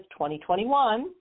2021